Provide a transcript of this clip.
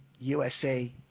USA